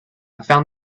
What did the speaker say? found